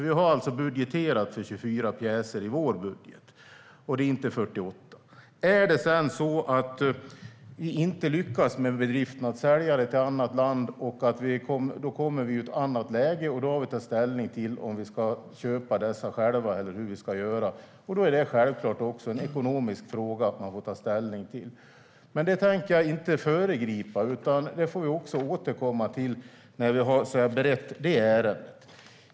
Vi har alltså budgeterat för 24 och inte för 48 pjäser i vår budget. Om vi inte lyckas med bedriften att sälja pjäserna till ett annat land kommer vi i ett annat läge. Då har vi att ta ställning till om vi själva ska köpa pjäserna eller hur vi ska göra. Det är självklart en ekonomisk fråga som man får ta ställning till då. Men det tänker jag inte föregripa. Det får vi återkomma till när ärendet är berett.